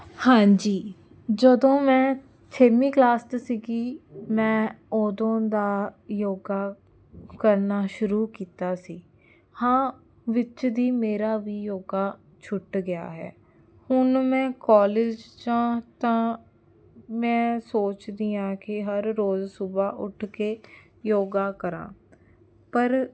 ਹਾਂਜੀ ਜਦੋਂ ਮੈਂ ਛੇਵੀਂ ਕਲਾਸ 'ਚ ਸੀਗੀ ਮੈਂ ਉਦੋਂ ਦਾ ਯੋਗਾ ਕਰਨਾ ਸ਼ੁਰੂ ਕੀਤਾ ਸੀ ਹਾਂ ਵਿੱਚ ਦੀ ਮੇਰਾ ਵੀ ਯੋਗਾ ਛੁੱਟ ਗਿਆ ਹੈ ਹੁਣ ਮੈਂ ਕਾਲਜ ਜਾਂ ਤਾਂ ਮੈਂ ਸੋਚਦੀ ਹਾਂ ਕਿ ਹਰ ਰੋਜ਼ ਸੁਬਹਾ ਉੱਠ ਕੇ ਯੋਗਾ ਕਰਾਂ ਪਰ